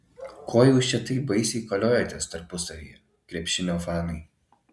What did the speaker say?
ko jūs čia taip baisiai koliojatės tarpusavyje krepšinio fanai